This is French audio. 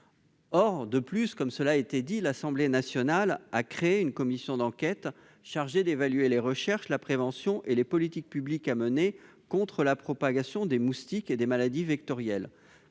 Par ailleurs, comme cela a déjà été souligné, l'Assemblée nationale a créé une commission d'enquête chargée d'évaluer les recherches, la prévention et les politiques publiques à mener contre la propagation des moustiques et des maladies vectorielles.